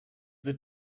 the